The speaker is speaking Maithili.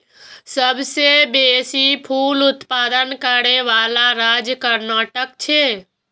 सबसं बेसी फूल उत्पादन करै बला राज्य कर्नाटक छै